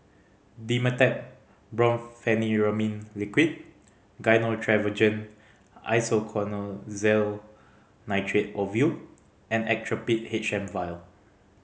Dimetapp Brompheniramine Liquid Gyno Travogen Isoconazole Nitrate Ovule and Actrapid H M Vial